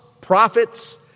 prophets